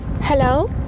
Hello